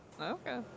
Okay